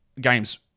games